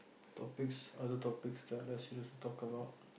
topics other topics that are less serious to talk about